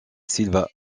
silva